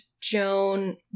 Joan